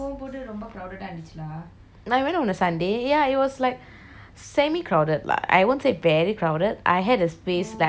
I went on a sunday ya it was like semi crowded lah I won't say very crowded I had a space like I didn't wait I had